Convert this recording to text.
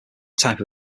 type